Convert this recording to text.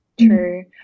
True